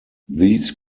these